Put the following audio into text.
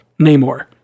Namor